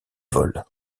vol